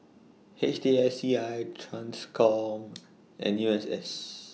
H T S C I TRANSCOM and U S S